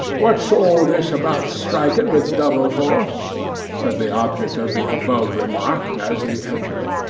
what's all this about striking with double force said the object of the above remark, as he entered.